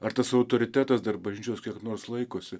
ar tas autoritetas dar bažnyčios kiek nors laikosi